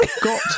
got